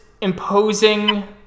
imposing